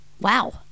Wow